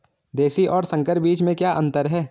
देशी और संकर बीज में क्या अंतर है?